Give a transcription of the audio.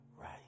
right